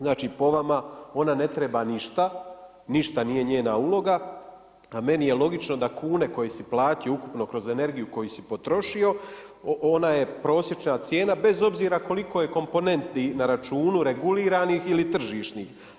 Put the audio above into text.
Znači po vama ona ne treba ništa, ništa nije njena uloga a meni je logično da kune koje si platio ukupno kroz energiju koju si potrošio ona je prosječna cijena bez obzira koliko je komponenti na računu reguliranih ili tržišnih.